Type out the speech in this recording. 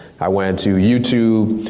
i went to youtube,